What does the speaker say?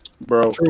bro